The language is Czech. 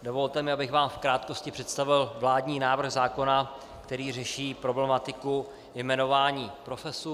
Dovolte mi, abych v krátkosti představil vládní návrh zákona, který řeší problematiku jmenování profesorů.